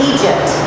Egypt